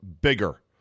Bigger